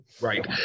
Right